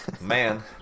Man